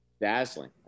dazzling